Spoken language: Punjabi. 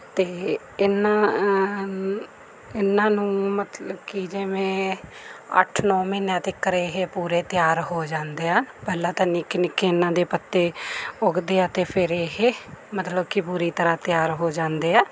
ਅਤੇ ਇਹਨਾਂ ਇਹਨਾਂ ਨੂੰ ਮਤਲਬ ਕਿ ਜਿਵੇਂ ਅੱਠ ਨੌਂ ਮਹੀਨਿਆਂ ਤੱਕ ਇਹ ਪੂਰੇ ਤਿਆਰ ਹੋ ਜਾਂਦੇ ਆ ਪਹਿਲਾਂ ਤਾਂ ਨਿੱਕੇ ਨਿੱਕੇ ਇਹਨਾਂ ਦੇ ਪੱਤੇ ਉੱਗਦੇ ਆ ਅਤੇ ਫਿਰ ਇਹ ਮਤਲਬ ਕਿ ਪੂਰੀ ਤਰ੍ਹਾਂ ਤਿਆਰ ਹੋ ਜਾਂਦੇ ਆ